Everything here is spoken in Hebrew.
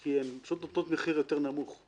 כי הן נותנות מחיר יותר נמוך,